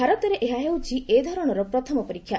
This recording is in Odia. ଭାରତରେ ଏହା ହେଉଛି ଏଧରଣର ପ୍ରଥମ ପରୀକ୍ଷା